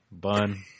bun